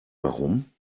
warum